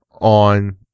on